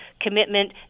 commitment